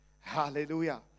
Hallelujah